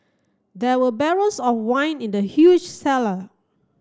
there were barrels of wine in the huge cellar